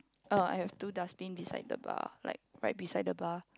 uh I have two dustbin beside the bar like right beside the bar